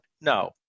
No